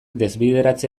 desbideratze